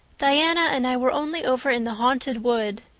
diana and i were only over in the haunted wood.